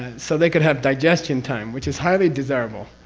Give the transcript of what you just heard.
so they could have digestion time, which is highly desirable.